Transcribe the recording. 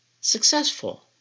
successful